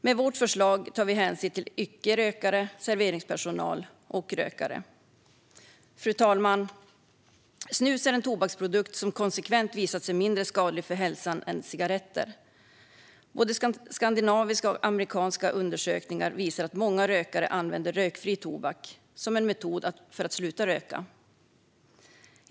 Med vårt förslag tar vi hänsyn till icke-rökare, serveringspersonal och rökare. Fru talman! Snus är en tobaksprodukt som konsekvent visat sig mindre skadlig för hälsan än cigaretter. Både skandinaviska och amerikanska undersökningar visar att många rökare använder rökfri tobak som en metod för att sluta röka.